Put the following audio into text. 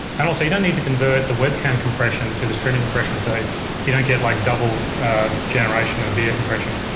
and also you don't need to convert the webcam compression to the streaming compression. so you don't get like double generation of video compression.